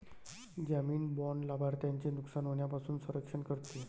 जामीन बाँड लाभार्थ्याचे नुकसान होण्यापासून संरक्षण करते